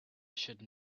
should